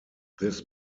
this